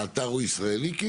האתר הוא ישראלי?